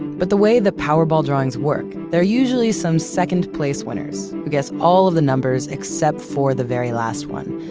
but the way the powerball drawings work, they're usually some second-place winners who guess all of the numbers except for the very last one.